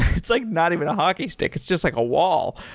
it's like not even a hockey stick. it's just like a wall.